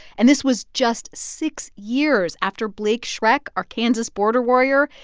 and this was just six years after blake schreck, our kansas border warrior,